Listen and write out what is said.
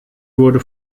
wurde